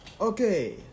Okay